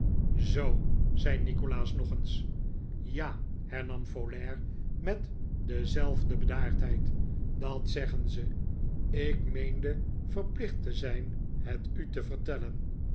zoo zei nikolaas nog eens ja hernam folair met dezelfde bedaardheid dat zeggen ze ik meende verplicht te zijn het u te vertellen